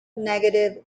negative